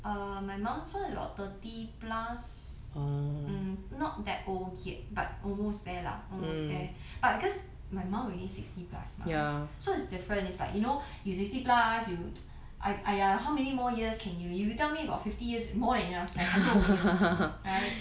um my mum's one is about thirty plus hmm not that old yet but almost there lah almost there but cause my mum already sixty plus mah so it's different it's like you know you sixty plus you ai~ !aiya! how many more years can you you tell me about fifty years more than enough